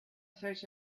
search